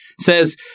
says